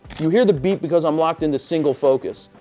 you hear the beat because i'm locked in the single focus.